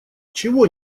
чего